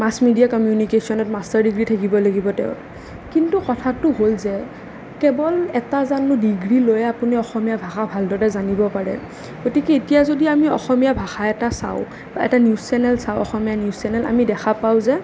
মাছ media কমিউনিকেশ্বনত master degree থাকিব লাগিব তেওঁৰ কিন্তু কথাটো হ'ল যে কেৱল এটা জানো ডিগ্ৰী লৈ আপুনি অসমীয়া ভাষা ভালদৰে জানিব পাৰে গতিকে এতিয়া যদি আমি অসমীয়া ভাষা এটা চাওঁ বা এটা নিউজ চেনেল চাওঁ অসমীয়া নিউজ চেনেল আমি দেখা পাওঁ যে